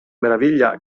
meraviglia